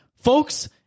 Folks